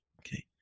Okay